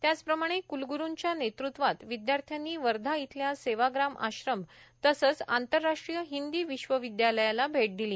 त्याचप्रमाणे कलगुरूंच्या नेतृत्वात विदयाथ्यांनी वर्धा इथल्या सेवाग्राम आश्रम तसंच आंतरराष्ट्रीय हिंदी विश्वविद्यालयाला भेट दिली